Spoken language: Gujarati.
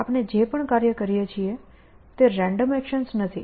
આપણે જે પણ કાર્ય કરીએ છીએ તે રેન્ડમ એકશન્સ નથી